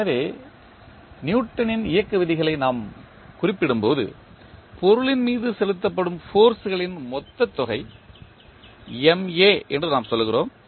எனவே நியூட்டனின் இயக்க விதிகளை நாம் குறிப்பிடும்போது பொருளின் மீது செயல்படுத்தப்படும் ஃபோர்ஸ் களின் மொத்த தொகை என்று நாம் சொல்கிறோம்